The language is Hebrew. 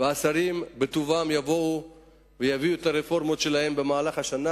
והשרים בטובם יבואו ויביאו את הרפורמות שלהם במהלך השנה